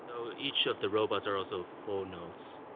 so each of the robots are also full nodes?